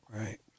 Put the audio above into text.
right